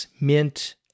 Mint